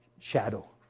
shadow.